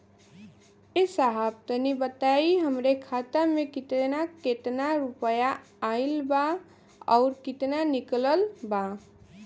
ए साहब तनि बताई हमरे खाता मे कितना केतना रुपया आईल बा अउर कितना निकलल बा?